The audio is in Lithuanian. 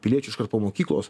piliečių iš kart po mokyklos